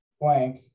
blank